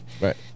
Right